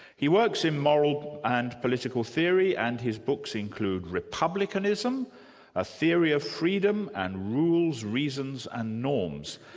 he works in moral and political theory and his books include republicanism a theory of freedom and rules, reasons and norms.